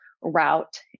route